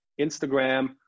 Instagram